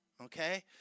okay